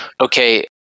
Okay